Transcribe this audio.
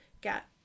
get